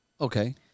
Okay